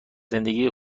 زندگی